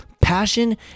passion